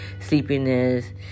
sleepiness